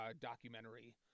documentary